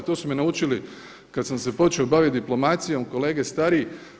To su me naučili kad sam se počeo bavit diplomacijom kolege stariji.